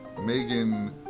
Megan